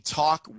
talk